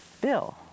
Bill